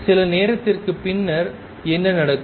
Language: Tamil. சில நேரத்திற்கு பின்னர் என்ன நடக்கும்